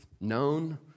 known